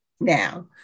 now